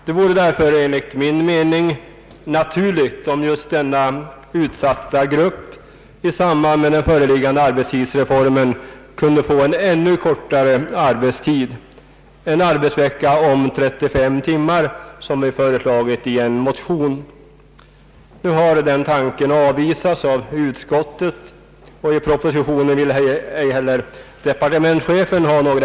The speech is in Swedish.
Det vore därför enligt min mening naturligt om just denna utsatta grupp i samband med den föreliggande arbetstidsreformen kunde få ännu kortare arbetstid — en arbetsvecka om 35 timmar, som vi föreslagit i en motion. Nu har den tanken avvisats av utskottet, och departementschefen vill ej heller i propositionen ha några undantagsbe Ang.